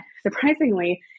surprisingly